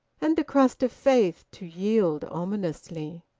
and the crust of faith to yield ominously.